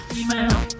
Email